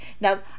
Now